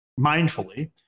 mindfully